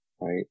right